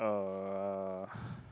uh